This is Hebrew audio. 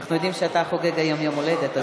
אנחנו יודעים שאתה חוגג היום יום הולדת,